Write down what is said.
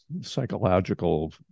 psychological